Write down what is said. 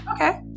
okay